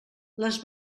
les